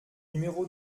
numéro